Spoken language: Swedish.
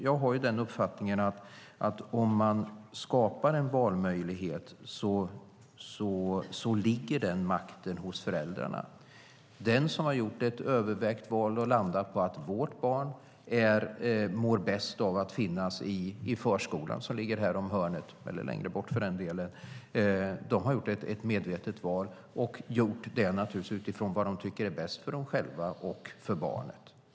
Jag har den uppfattningen att om man skapar en valmöjlighet ligger makten hos föräldrarna. De som har gjort ett övervägt val och landat på att deras barn mår bäst av att finnas i förskola, som kanske ligger om hörnet eller längre bort för den delen, har gjort ett medvetet val och gjort det naturligtvis utifrån vad de tycker är bäst för dem själva och för barnet.